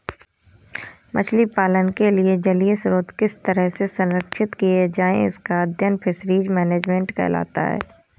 मछली पालन के लिए जलीय स्रोत किस तरह से संरक्षित किए जाएं इसका अध्ययन फिशरीज मैनेजमेंट कहलाता है